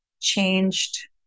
changed